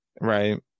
right